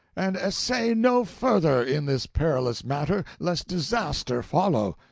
and essay no further in this perilous matter, lest disaster follow.